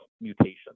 mutation